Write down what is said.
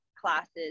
classes